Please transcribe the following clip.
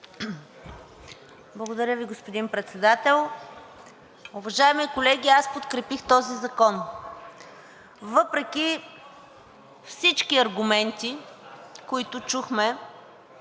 Благодаря Ви, господин Председател. Уважаеми колеги, аз подкрепих този закон въпреки всички аргументи, които чухме